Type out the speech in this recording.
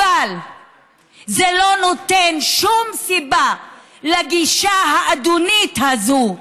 אבל זה לא נותן שום סיבה לגישה האדונית הזו,